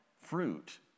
fruit